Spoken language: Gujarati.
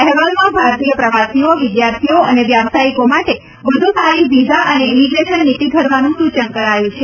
અહેવાલમાં ભારતીય પ્રવાસીઓ વિદ્યાર્થીઓ અને વ્યવસાયીકો માટે વધુ સારી વિઝા અને ઈમિગ્રેશન નીતિ ઘડવાનું સૂચન કરાયું છે